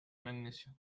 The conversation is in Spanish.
magnesio